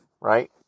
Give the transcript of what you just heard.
right